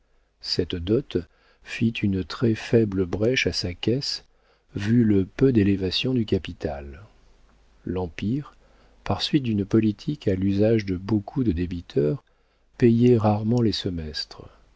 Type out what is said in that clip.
cette dot fit une très faible brèche à sa caisse vu le peu d'élévation du capital l'empire par suite d'une politique à l'usage de beaucoup de débiteurs payait rarement les semestres